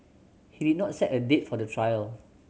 he did not set a date for the trial